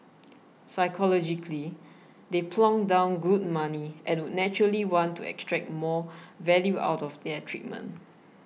psychologically they've plonked down good money and would naturally want to extract more value out of their treatment